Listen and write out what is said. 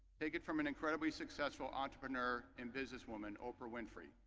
take it from an incredibly successful entrepeneur and businesswoman, oprah winfrey,